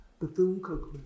Bethune-Cookman